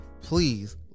please